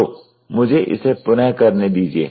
तो मिझे इसे पुनः करने दीजिये